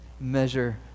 measure